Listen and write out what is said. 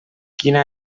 quina